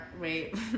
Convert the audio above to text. Wait